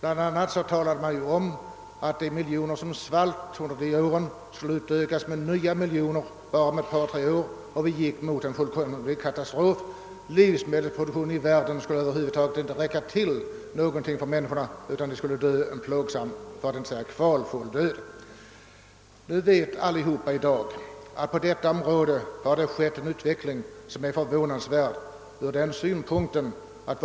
Man talade om att de miljoner som svalt skulle ökas med nya miljoner bara om ett par tre år och att vi gick mot en fullkomlig katastrof; livsmedelsproduktionen i världen skulle över huvud taget inte räcka till, utan människorna skulle dö en plågsam för att inte säga kvalfull död. I dag vet alla, att det på detta område förekommit en utveckling som ur många synpunkter är förvånansvärd.